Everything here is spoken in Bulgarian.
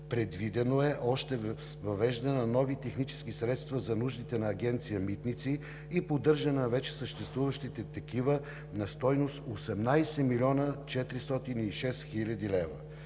Предвидено е още въвеждане на нови технически средства за нуждите на Агенция „Митници“ и поддържане на вече съществуващите такива на стойност 18 млн. 406 хил. лв.